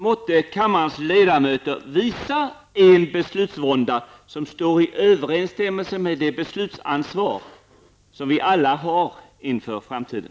Måtte kammarens ledamöter visa en beslutsvånda, som står i överenstämmelse med det beslutsansvar som vi alla har inför framtiden.